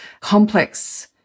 complex